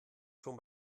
schon